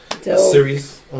series